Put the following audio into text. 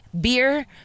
beer